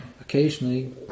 occasionally